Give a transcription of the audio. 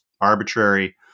arbitrary